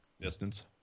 distance